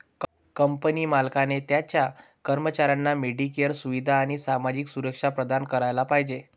company मालकाने त्याच्या कर्मचाऱ्यांना मेडिकेअर सुविधा आणि सामाजिक सुरक्षा प्रदान करायला पाहिजे